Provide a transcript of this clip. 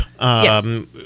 Yes